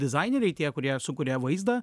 dizaineriai tie kurie sukuria vaizdą